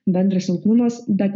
bendras silpnumas bet